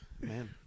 Man